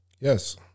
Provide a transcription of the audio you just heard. Yes